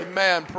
Amen